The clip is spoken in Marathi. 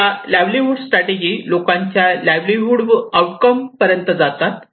या लाईव्हलीहूड स्ट्रॅटेजि लोकांच्या लाईव्हलीहूड आउट कम पर्यंत जातात